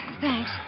Thanks